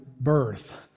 birth